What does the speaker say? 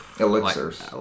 Elixirs